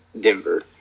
Denver